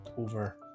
over